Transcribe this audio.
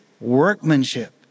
workmanship